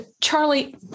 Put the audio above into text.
Charlie